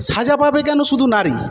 সাজা পাবে কেন শুধু নারী